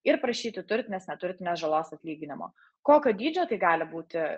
ir prašyti turtinės neturtinės žalos atlyginimo kokio dydžio tai gali būti